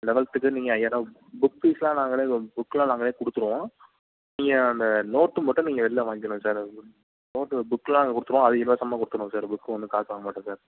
லவன்த்துக்கு நீங்கள் ஐயாயர ரூபா புக் ஃபீஸுலாம் நாங்களே புக்குலாம் நாங்களே கொடுத்துருவோம் நீங்கள் அந்த நோட்டு மட்டும் நீங்கள் வெளில வாங்கிக்கணும் சார் நோட்டு புக்குலாம் நாங்கள் கொடுத்துருவோம் அது இலவசமாக கொடுத்துடுவோம் புக்குக்கு வந்து காசு வாங்க மாட்டோம் சார்